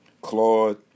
Claude